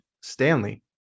Stanley